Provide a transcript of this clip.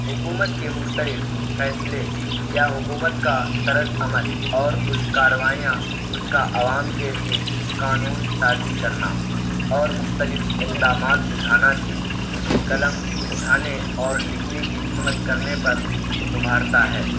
حکومت کے مختلف فیصلے یا حکومت کا طرز عمل اور اس کارروائیاں اس کا عوام کے لیے قانون سازی کرنا اور مختلف اقدامات اٹھانا بھی مجھے قلم اٹھانے اور لکھنے کی ہمت کرنے پر ابھارتا ہے